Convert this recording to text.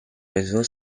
réseau